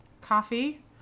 coffee